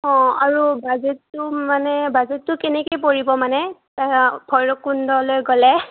অঁ আৰু বাজেটটো মানে বাজেটটো কেনেকে পৰিব মানে ভৈৰৱকুণ্ডলৈ গ'লে